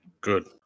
Good